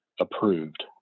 approved